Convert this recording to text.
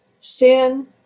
sin